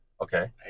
Okay